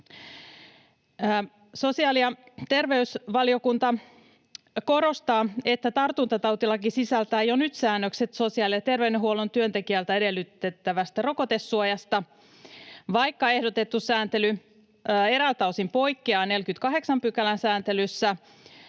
Sosiaali‑ ja terveysvaliokunta korostaa, että tartuntatautilaki sisältää jo nyt säännökset sosiaali‑ ja terveydenhuollon työntekijältä edellytettävästä rokotesuojasta. Vaikka ehdotettu sääntely eräiltä osin poikkeaa 48 §:n sääntelyssä,